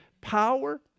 power